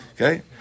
Okay